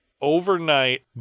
overnight